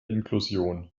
inklusion